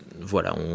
Voilà